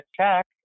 check